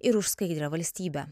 ir už skaidrią valstybę